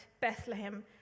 Bethlehem